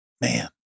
man